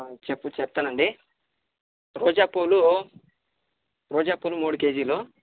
చెప్పు చెప్తానండి రోజాపూలు రోజాపూలు మూడు కేజీలు